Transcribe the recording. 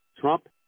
Trump